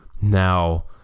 Now